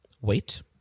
Wait